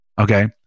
okay